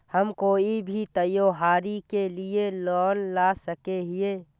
हम कोई भी त्योहारी के लिए लोन ला सके हिये?